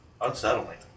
unsettling